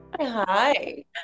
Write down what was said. Hi